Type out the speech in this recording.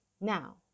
now